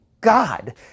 God